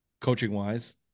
coaching-wise